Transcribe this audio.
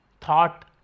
thought